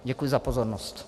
Děkuji za pozornost.